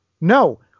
No